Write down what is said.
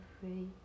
free